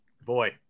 Boy